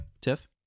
tiff